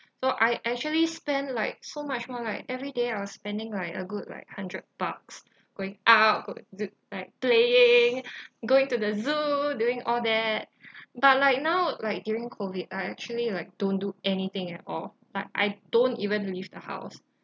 so I actually spent like so much more like every day I was spending like a good like hundred bucks going out go to like playing going to the zoo doing all that but right now like during COVID I actually like don't do anything at all like I don't even leave the house